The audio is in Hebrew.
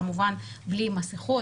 כמובן בלי מסכות,